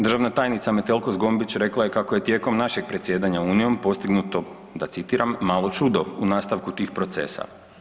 Državna tajnica Metelko Zgombić rekla je kako je tijekom našeg predsjedanja unijom postignuo da citiram: „malo čudo u nastavku tih procesa“